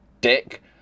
dick